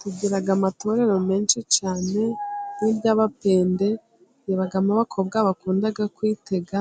Tugira amatorero menshi cyane, nkiry'abapende ribamo abakobwa bakunda kwitega,